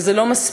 וזה לא מספיק,